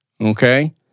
Okay